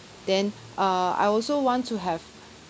then err I also want to have